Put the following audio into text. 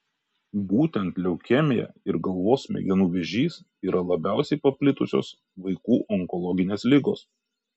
būtent leukemija ir galvos smegenų vėžys yra labiausiai paplitusios vaikų onkologinės ligos